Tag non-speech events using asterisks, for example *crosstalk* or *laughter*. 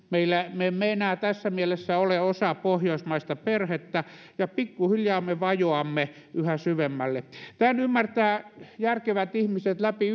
me emme enää tässä mielessä ole osa pohjoismaista perhettä ja pikkuhiljaa me vajoamme yhä syvemmälle tämän ymmärtävät järkevät ihmiset läpi *unintelligible*